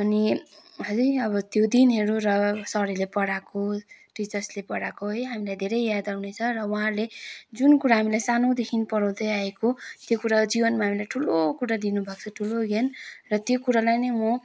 अनि है अब त्यो दिनहरू र सरहरूले पढाएको टिचर्सले पढाएको है हामीलाई धेरै याद आउँनेछ र उहाँहरूले जुन कुरा हामीलाई सानोदेखि पढाउँदै आएको त्यो कुराहरू जीवनमा हामी ठुलो कुरा दिनुभएको छ ठुलो ज्ञान र त्यो कुरालाई नै म